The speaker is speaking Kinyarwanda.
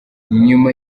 nyuma